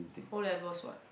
O-levels what